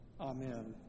Amen